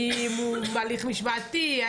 האם הוא בהליך משמעתי?